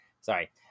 Sorry